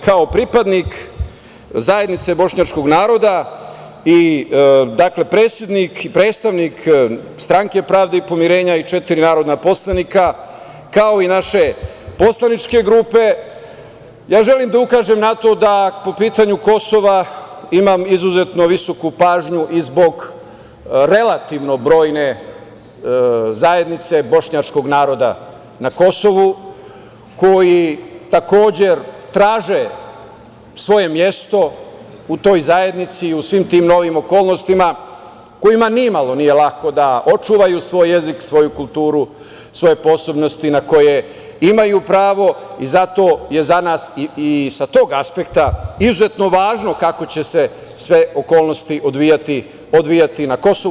Kao pripadnik zajednice bošnjačkog naroda i predsednik i predstavnik Stranke pravde i pomirenja i četiri narodna poslanika, kao i naše poslaničke grupe, ja želim da ukažem na to da po pitanju Kosova imam izuzetno visoku pažnju i zbog relativno brojne zajednice bošnjačkog naroda na Kosovu koji takođe traže svoje mesto u toj zajednici i u svim tim novim okolnostima, kojima ni malo nije lako da očuvaju svoj jezik, svoju kulturu na koje imaju pravo i zato je za nas i sa tog aspekta izuzetno važno kako će se sve okolnosti odvijati na Kosovu.